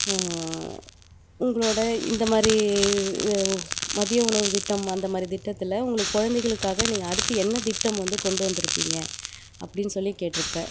உங்களோடய இந்த மாதிரி மதிய உணவு திட்டம் அந்த மாதிரி திட்டத்தில் உங்களுக்கு குழந்தைங்களுக்காக நீங்கள் அடுத்து என்ன திட்டம் வந்து கொண்டு வந்திருப்பீங்க அப்படின் சொல்லி கேட்டிருப்பேன்